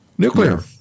nuclear